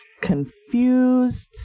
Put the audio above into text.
confused